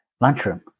lunchroom